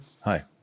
Hi